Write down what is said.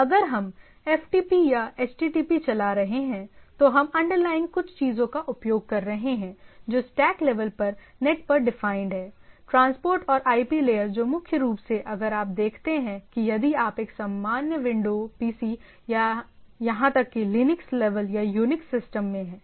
अगर हम एफटीपी या एचटीटीपी चला रहे हैं तो हम अंडरलाइनग कुछ चीजों का उपयोग कर रहे हैं जो स्टैक लेवल पर नेट पर डिफाइंड हैं ट्रांसपोर्ट और आईपी लेयर जो मुख्य रूप से अगर आप देखते हैं कि यदि आप एक सामान्य विंडोज पीसी या यहां तक कि लिनक्स लेवल या यूनिक्स सिस्टम में हैं